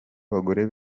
abagore